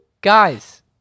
guys